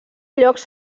llocs